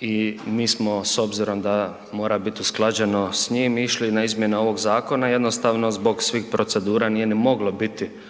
i mi smo, s obzirom da mora biti usklađeno s njim išli na izmjene ovog zakona jednostavno zbog svih procedura, nije ni moglo biti